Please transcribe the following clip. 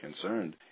concerned